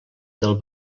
del